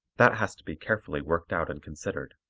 that has to be carefully worked out and considered.